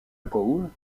pole